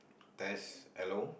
test hello